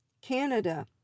canada